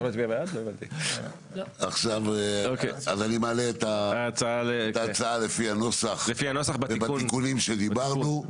אז אני מעלה להצבעה את ההצעה לפי הנוסח ובתיקון שדיברנו,